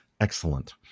Excellent